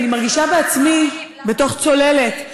אני מרגישה בעצמי בתוך צוללת,